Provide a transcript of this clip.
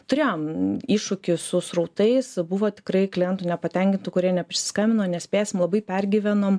turėjom iššūkį su srautais buvo tikrai klientų nepatenkintų kurie neprisiskambino nespėsim labai pergyvenom